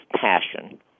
passion